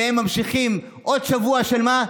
והם ממשיכים עוד שבוע של מה?